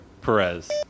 Perez